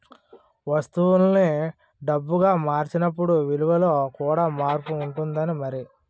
వస్తువుల్ని డబ్బుగా మార్చినప్పుడు విలువలో కూడా మార్పు ఉంటుంది మరి